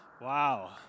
Wow